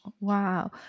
Wow